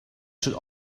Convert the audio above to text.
should